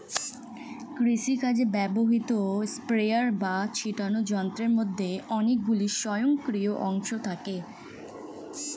কৃষিকাজে ব্যবহৃত স্প্রেয়ার বা ছিটোনো যন্ত্রের মধ্যে অনেকগুলি স্বয়ংক্রিয় অংশ থাকে